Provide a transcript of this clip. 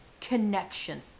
connection